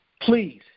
Please